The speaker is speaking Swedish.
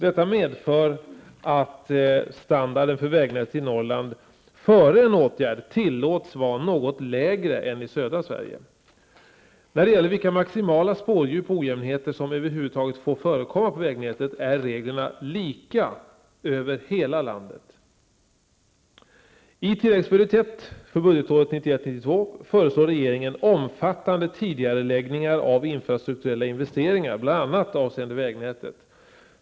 Detta medför att standarden för vägnätet i Norrland före en åtgärd tillåts vara något lägre än i södra Sverige. När det gäller vilka maximala spårdjup och ojämnheter som över huvud taget får förekomma på vägnätet är reglerna lika över hela landet. I tilläggsbudget I för budgetåret 1991/92 föreslår regeringen omfattande tidigareläggningar av infrastrukturella investeringar bl.a. avseende vägnätet.